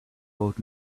old